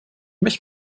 mich